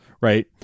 right